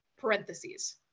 parentheses